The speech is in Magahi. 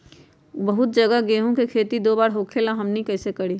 बहुत जगह गेंहू के खेती दो बार होखेला हमनी कैसे करी?